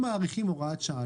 אם מאריכים הוראת שעה,